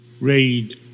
raid